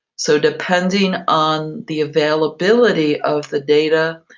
so depending on the availability of the data,